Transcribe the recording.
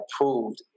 approved